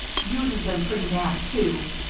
you'd have been pretty mad, too.